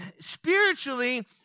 spiritually